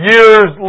Years